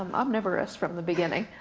um omnivorous from the beginning.